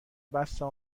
بستم